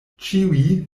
ĉiuj